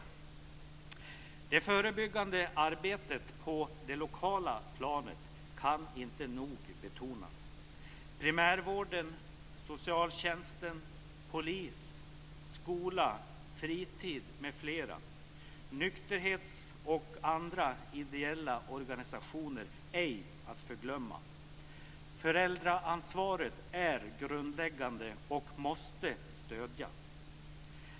Man kan inte nog betona betydelsen av det förebyggande arbete som bedrivs på det lokala planet, inom primärvården, socialtjänsten, polis, skola, fritis osv., nykterhetsorganisationer och andra ideella organisationer ej att förglömma. Föräldraansvaret är grundläggande och måste stödjas.